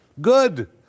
good